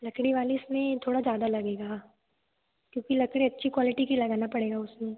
लकड़ी वाली इसमें थोड़ा ज़्यादा लगेगा क्योंकि लकड़ी अच्छी क्वालिटी की लगाना पड़ेगा उसमें